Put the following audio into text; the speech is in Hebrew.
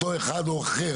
אותו אחד או אחר,